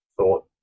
thought